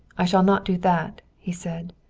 i shall not do that, he said.